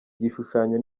gishushanyo